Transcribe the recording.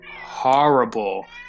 horrible